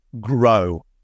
Grow